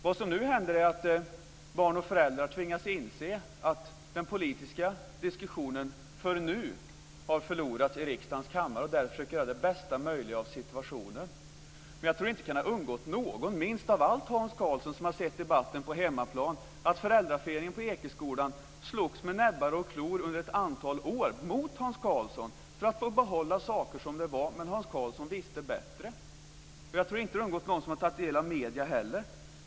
Vad som nu händer är att barn och föräldrar tvingas inse att den politiska diskussionen, för nu, har förlorat i riksdagens kammare och därför försöker göra det bästa möjliga av situationen. Men jag tror inte att det kan ha undgått någon - minst av allt Hans Karlsson, som har sett debatten på hemmaplan - att föräldraföreningen på Ekeskolan slogs med näbbar och klor under ett antal år mot Hans Karlsson för att få behålla saker som de var, men Hans Karlsson visste bättre. Jag tror inte det har undgått någon som har tagit del av medierna heller.